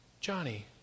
Johnny